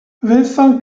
vincent